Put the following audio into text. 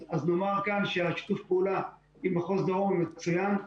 אז נאמר כאן ששיתוף הפעולה עם מחוז הדרום הוא מצוין.